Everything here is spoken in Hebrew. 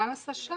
מה נעשה שם?